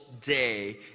day